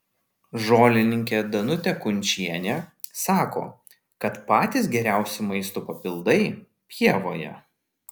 žolininkė danutė kunčienė sako kad patys geriausi maisto papildai pievoje